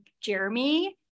Jeremy